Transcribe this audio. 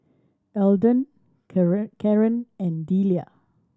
Eldon Caren Caren and Delia